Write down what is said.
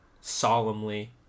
solemnly